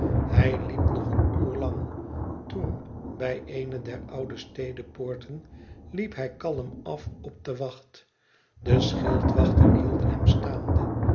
hij liep nog een uur lang toen bij eene der oude stedepoorten liep hij kalm af op de wacht de schildwachten hielden hem staande